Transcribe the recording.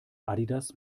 adidas